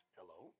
Hello